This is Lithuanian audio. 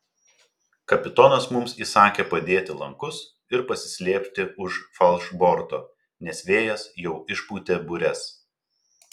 kapitonas mums įsakė padėti lankus ir pasislėpti už falšborto nes vėjas jau išpūtė bures